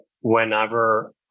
whenever